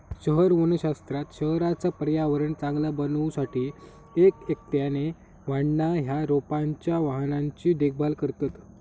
शहर वनशास्त्रात शहराचा पर्यावरण चांगला बनवू साठी एक एकट्याने वाढणा या रोपांच्या वाहनांची देखभाल करतत